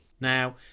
now